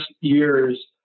years